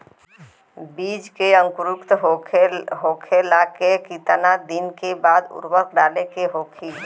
बिज के अंकुरित होखेला के कितना दिन बाद उर्वरक डाले के होखि?